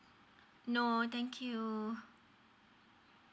no thank you